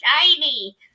shiny